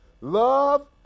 Love